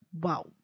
wow